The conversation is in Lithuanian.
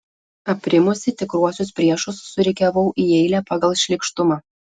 aprimusi tikruosius priešus surikiavau į eilę pagal šlykštumą